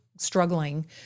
struggling